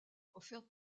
offertes